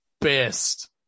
best